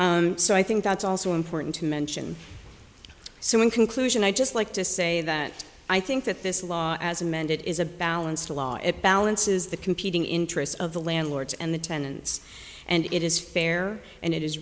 and so i think that's also important to mention so in conclusion i'd just like to say that i think that this law as amended is a balanced law it balances the competing interests of the landlords and the tenants and it is fair and it is